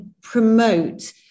promote